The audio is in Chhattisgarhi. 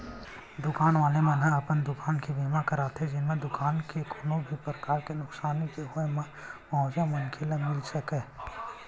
दुकान वाले मन ह अपन दुकान के बीमा करवाथे जेमा दुकान म कोनो भी परकार ले नुकसानी के होय म मुवाजा मनखे ल मिले सकय